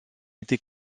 été